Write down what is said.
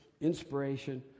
inspiration